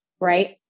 right